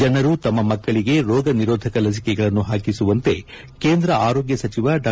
ಜನರು ತಮ್ಮ ಮಕ್ಕಳಿಗೆ ರೋಗ ನಿರೋಧಕ ಲಸಿಕೆಗಳನ್ನು ಹಾಕಿಸುವಂತೆ ಕೇಂದ್ರ ಆರೋಗ್ಯ ಸಚಿವ ಡಾ